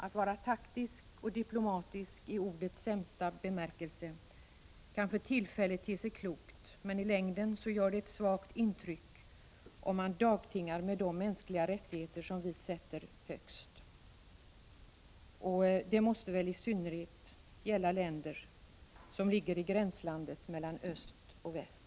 Att vara taktisk och diplomatisk i ordets sämsta bemärkelse kan tillfälligt te sig klokt, men i längden gör det ett svagt intryck om man dagtingar med de mänskliga rättigheter som vi sätter högst. Det måste väl gälla i synnerhet i länder som ligger i gränslandet mellan öst och väst.